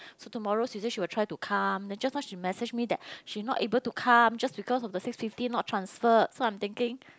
so tomorrow she say she will try to come then just now she message me that she not able to come just because the six fifty not transfer so I'm thinking